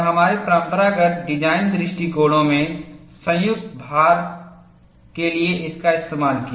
और हमारे परम्परागत डिज़ाइन दृष्टिकोणों में संयुक्त भारणके लिए इसका इस्तेमाल किया